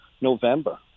November